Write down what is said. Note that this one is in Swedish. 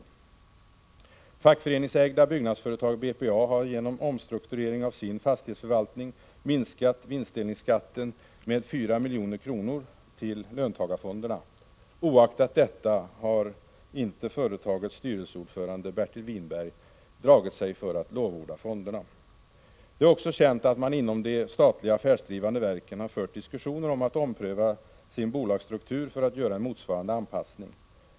Det fackföreningsägda byggnadsföretaget BPA har genom omstrukturering av sin fastighetsförvaltning minskat vinstdelningsskatten med 4 milj.kr. till löntagarfonderna. Oaktat detta har inte företagets styrelseordförande Bertil Whinberg dragit sig för att lovorda fonderna. Det är också känt att man inom de statliga affärsdrivande verken har fört diskussioner om att ompröva sin bolagsstruktur för att göra en motsvarande anpassning.